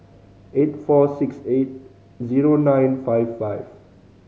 eight four six eight zero nine five five